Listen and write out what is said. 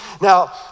Now